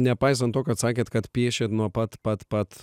nepaisant to kad sakėt kad piešėt nuo pat pat pat